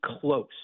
close